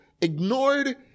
ignored